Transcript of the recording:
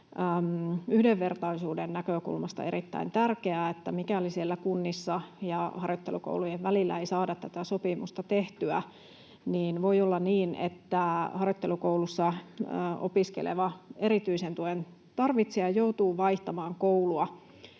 yhdenvertaisuuden näkökulmasta erittäin tärkeää, että mikäli siellä kuntien ja harjoittelukoulujen välillä ei saada tätä sopimusta tehtyä, niin voi olla niin, että harjoittelukoulussa opiskeleva erityisen tuen tarvitsija joutuu vaihtamaan koulua